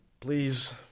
Please